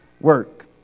work